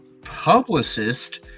publicist